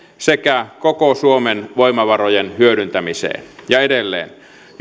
sekä koko suomen voimavarojen hyödyntämiseen ja edelleen